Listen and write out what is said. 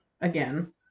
again